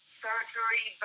surgery